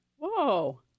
Whoa